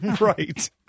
Right